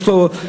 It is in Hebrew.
יש לו,